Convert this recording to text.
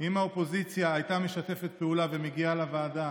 אם האופוזיציה הייתה משתפת פעולה ומגיעה לוועדה,